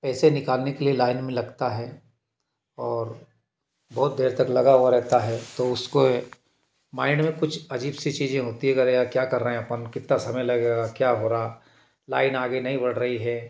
पैसे निकालने के लिए लाइन में लगता है और बहुत देर तक लगा हुआ रहता है तो उसके माइंड में कुछ अजीब सी चीज़ें होती हैं क्या कर रहें अपन कितना समय लगेगा क्या हो रहा लाइन आगे नहीं बढ़ रही है